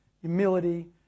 humility